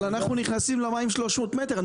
אבל אנחנו נכנסים 300 מטר למים,